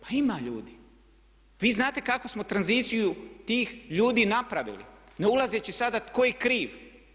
Pa ima ljudi, vi znate kako smo tranziciju tih ljudi napravili, ne ulazeći sada tko je kriv.